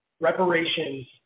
reparations